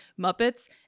Muppets